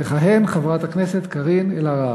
תכהן חברת הכנסת קארין אלהרר.